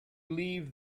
leave